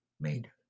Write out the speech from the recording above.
made